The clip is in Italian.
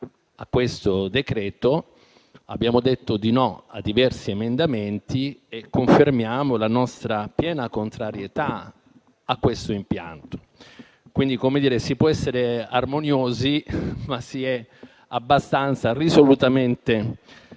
a questo decreto-legge. Abbiamo detto di no a diversi emendamenti e confermiamo la nostra piena contrarietà a questo impianto. Quindi, si può essere armoniosi, restando risolutamente